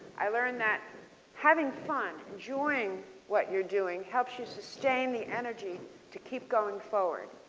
i learned that having fun, enjoying what you're doing helps you sustained the energy to keep going forward.